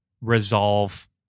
resolve